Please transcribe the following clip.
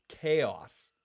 chaos